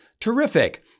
terrific